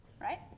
right